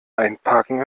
einparken